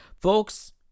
folks